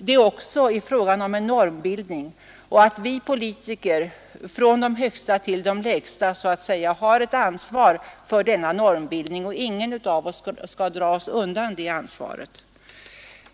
det också är fråga om en normbildning och att vi politiker — från de högsta till de lägsta — har ett ansvar för denna normbildning; ingen av oss bör dra sig undan det ansvaret.